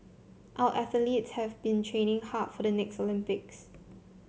our athletes have been training hard for the next Olympics